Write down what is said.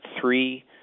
three